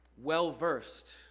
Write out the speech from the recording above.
Well-versed